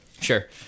Sure